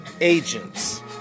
Agents